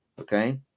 okay